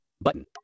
button